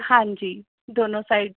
ਹਾਂਜੀ ਦੋਨੋਂ ਸਾਈਡ